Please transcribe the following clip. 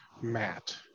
Matt